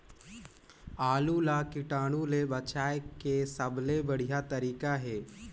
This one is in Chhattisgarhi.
आलू ला कीटाणु ले बचाय के सबले बढ़िया तारीक हे?